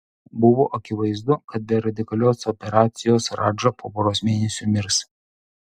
buvo akivaizdu kad be radikalios operacijos radža po poros mėnesių mirs